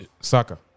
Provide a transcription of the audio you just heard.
Saka